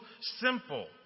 simple